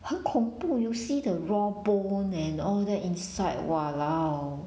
很恐怖 you see the raw bone and all that inside !walao!